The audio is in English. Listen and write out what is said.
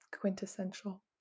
quintessential